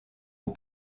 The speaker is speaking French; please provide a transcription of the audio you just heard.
aux